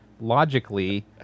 logically